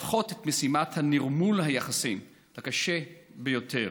והופכת את משימת נרמול היחסים לקשה ביותר.